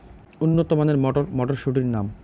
উন্নত মানের মটর মটরশুটির নাম?